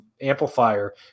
amplifier